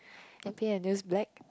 and paint your nails black